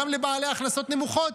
גם לבעלי הכנסות נמוכות.